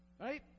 Right